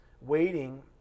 waiting